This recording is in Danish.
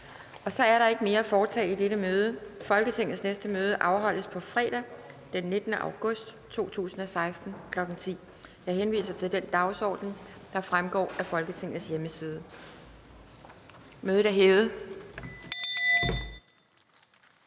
Der er ikke mere at foretage i dette møde. Folketingets næste møde afholdes onsdag den 17. august 2016, kl. 10.00. Jeg henviser til den dagsorden, der fremgår af Folketingets hjemmeside. Mødet er hævet.